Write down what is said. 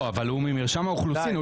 הוא ממרשם האוכלוסין,